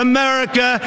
America